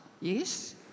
Yes